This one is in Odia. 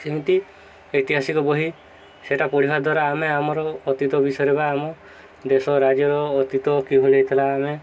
ସେମିତି ଐତିହାସିକ ବହି ସେଟା ପଢ଼ିବା ଦ୍ୱାରା ଆମେ ଆମର ଅତୀତ ବିଷୟରେ ବା ଆମ ଦେଶ ରାଜ୍ୟର ଅତୀତ କିଭଳି ଥିଲା ଆମେ